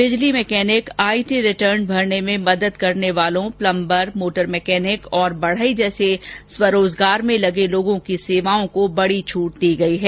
बिजली mechanic IT return भरने में मदद करने वालों प्लंबर मोटर मैकेनिक और बढ़ई जैसे स्वरोजगार में लगे लोगों की सेवाओं को बड़ी छूट दी गई है